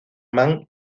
man